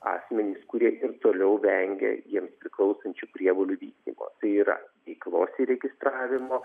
asmenys kurie ir toliau vengia jiems priklausančių prievolių vykdymo tai yra veiklos įregistravimo